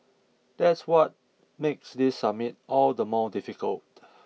that's what makes this summit all the more difficult